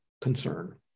concern